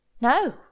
No